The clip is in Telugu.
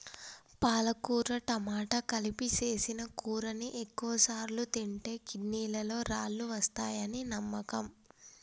పాలకుర టమాట కలిపి సేసిన కూరని ఎక్కువసార్లు తింటే కిడ్నీలలో రాళ్ళు వస్తాయని నమ్మకం